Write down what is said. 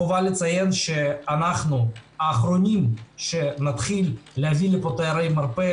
חובה לציין שאנחנו האחרונים שנתחיל להביא לפה תיירי מרפא,